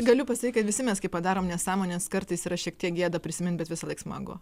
galiu pasakyt kad visi mes kai padarom nesąmones kartais yra šiek tiek gėda prisimint bet visąlaik smagu